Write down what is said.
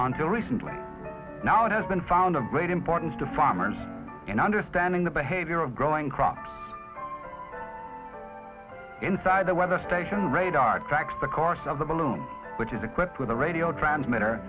until recently now it has been found of great importance to farmers in understanding the behavior of growing crops inside the weather station radar tracks the course of the balloon which is equipped with a radio transmit